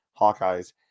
Hawkeyes